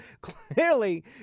clearly